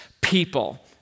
people